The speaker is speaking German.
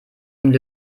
und